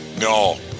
No